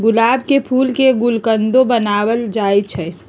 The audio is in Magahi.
गुलाब के फूल के गुलकंदो बनाएल जाई छई